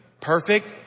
Perfect